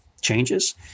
changes